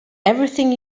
everything